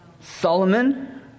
Solomon